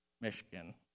Michigan